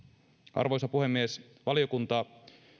arvoisa puhemies valiokunta